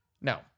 No